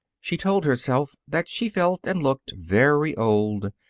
she told herself that she felt and looked very old,